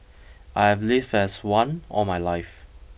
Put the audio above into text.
I've lived as one all my life